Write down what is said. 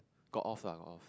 got off lah got off